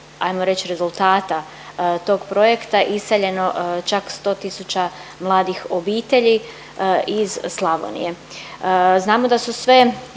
rezultata tog projekta iseljeno čak sto tisuća mladih obitelji iz Slavonije. Znamo da su sve